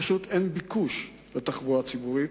פשוט אין ביקוש לתחבורה הציבורית,